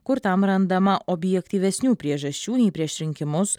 kur tam randama objektyvesnių priežasčių nei prieš rinkimus